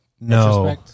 No